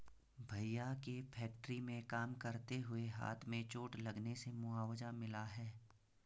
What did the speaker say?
भैया के फैक्ट्री में काम करते हुए हाथ में चोट लगने से मुआवजा मिला हैं